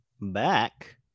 back